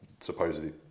supposedly